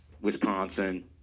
Wisconsin